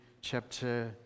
chapter